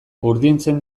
urdintzen